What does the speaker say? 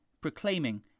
proclaiming